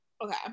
Okay